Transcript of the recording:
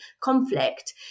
conflict